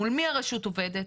מול מי הרשות עובדת?